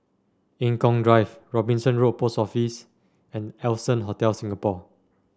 Eng Kong Drive Robinson Road Post Office and Allson Hotel Singapore